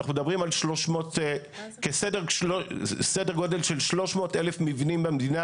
אנחנו מדברים על סדר גודל של 300,000 מבנים במדינה